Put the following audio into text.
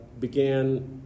began